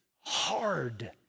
hard